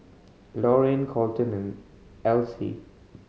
Lorayne Kolten and Elsie